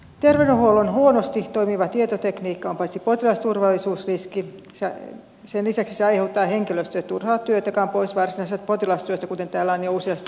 terveydenhuollon huonosti toimiva tietotekniikka on potilasturvallisuusriski ja sen lisäksi se aiheuttaa henkilöstölle turhaa työtä joka on pois varsinaisesta potilastyöstä kuten täällä on jo useasti tänään todistettu